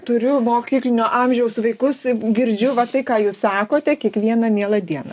turiu mokyklinio amžiaus vaikus girdžiu va tai ką jūs sakote kiekvieną mielą dieną